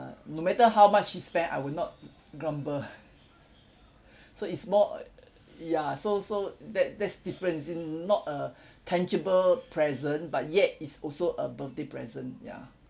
no matter how much he spend I will not grumble so it's more uh ya so so that that's different you see not a tangible present but yet it's also a birthday present ya